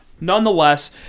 Nonetheless